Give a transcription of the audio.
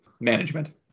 management